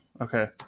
Okay